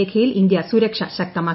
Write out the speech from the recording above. രേഖയിൽ ഇന്ത്യ സുരക്ഷ ശക്തമാക്കി